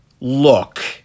look